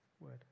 word